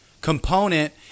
component